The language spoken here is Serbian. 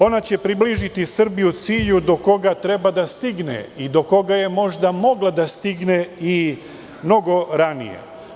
Ona će približiti Srbiju cilju do koga treba da stigne i do koga je možda mogla da stigne i mnogo ranije.